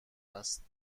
است